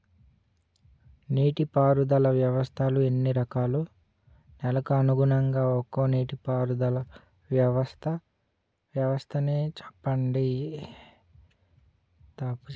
నీటి పారుదల వ్యవస్థలు ఎన్ని రకాలు? నెలకు అనుగుణంగా ఒక్కో నీటిపారుదల వ్వస్థ నీ చెప్పండి?